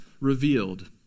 Revealed